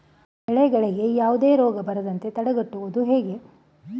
ಬೆಳೆಗಳಿಗೆ ಯಾವುದೇ ರೋಗ ಬರದಂತೆ ತಡೆಗಟ್ಟುವುದು ಹೇಗೆ?